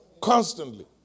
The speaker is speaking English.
constantly